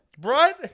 Right